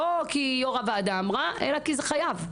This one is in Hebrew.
לא כי יו"ר הוועדה אמרה אלא כי זה חייב.